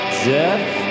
death